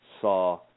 saw